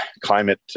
climate